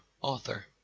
author